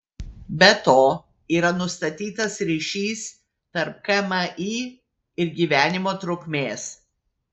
be to yra nustatytas ryšys tarp kmi ir gyvenimo trukmės